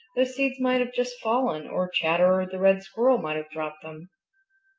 those seeds might have just fallen, or chatterer the red squirrel might have dropped them.